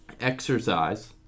exercise